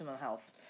health